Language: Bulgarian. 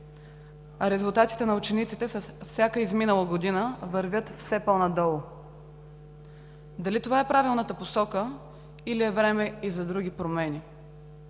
А резултатите на учениците с всяка изминала година вървят все по-надолу. Дали това е правилната посока, или е време и за други промени?